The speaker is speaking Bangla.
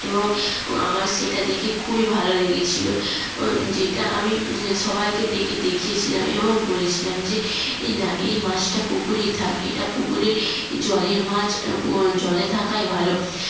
এবং আমার সেটা দেখে খুবই ভালো লেগেছিল যেটা আমি সবাইকে ডেকে দেখিয়েছিলাম এবং বলেছিলাম যে এই না এই মাছটা পুকুরেই থাক এটা পুকুরে জলের মাছ জলে থাকাই ভালো